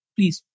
Please